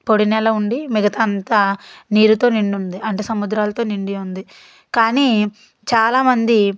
పొడి నేల ఉండి మిగతా అంతా నీరుతో నిండుంది అంటే సముద్రాలతో నిండి ఉంది కానీ చాలా మంది